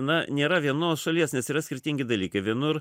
na nėra vienos šalies nes yra skirtingi dalykai vienur